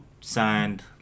signed